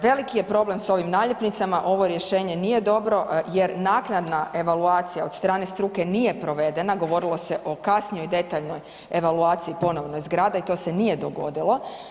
Veliki je problem s ovim naljepnicama, ovo rješenje nije dobro jer naknada evaluacija od strane struke nije provedena, govorilo se o kasnijoj detaljnoj evaluaciji ponovne zgrade i to se nije dogodilo.